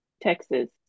texas